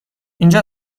اینجا